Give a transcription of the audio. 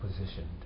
positioned